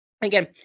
again